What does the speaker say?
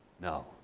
No